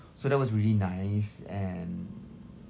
so that was really nice and